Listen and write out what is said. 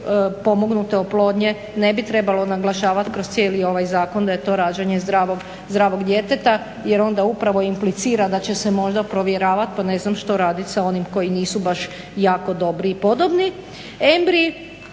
pomognute oplodnje, ne bi trebalo naglašavati kroz cijeli ovaj zakon da je to rađanje zdravog djeteta jer onda upravo implicira da će se možda provjeravati, pa ne znam što raditi sa onim koji nisu baš jako dobri i podobni